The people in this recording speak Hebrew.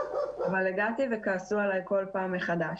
אבל הגעתי וכעסו עלי כל פעם מחדש.